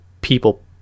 people